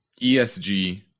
ESG